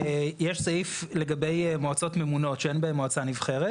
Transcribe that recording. יש סעיף לגבי מועצות ממונות שאין להן מועצה נבחר,